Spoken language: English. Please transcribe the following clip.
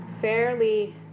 Fairly